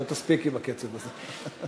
(תיקון מס' 2), התשע"ה 2015, נתקבל.